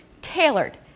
tailored